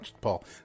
Paul